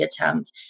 attempt